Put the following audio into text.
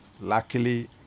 Luckily